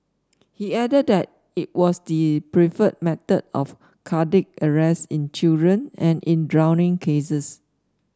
he added that it was the preferred method of cardiac arrest in children and in drowning cases